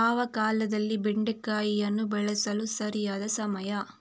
ಯಾವ ಕಾಲದಲ್ಲಿ ಬೆಂಡೆಕಾಯಿಯನ್ನು ಬೆಳೆಸಲು ಸರಿಯಾದ ಸಮಯ?